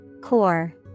Core